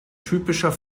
typischer